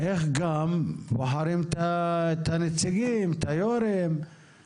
כיצד גם בוחרים את הנציגים, את יושבי הראש.